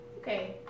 Okay